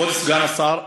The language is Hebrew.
כבוד סגן השר,